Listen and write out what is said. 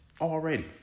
already